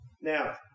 Now